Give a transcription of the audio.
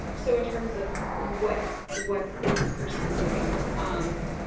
so in terms of what what is this person doing! um